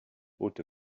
haute